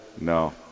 No